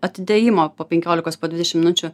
atidėjimo po penkiolikos po dvidešim minučių